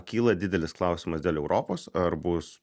kyla didelis klausimas dėl europos ar bus